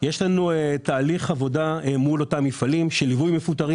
יש לנו תהליך עבודה מול אותם מפעלים של ליווי מפוטרים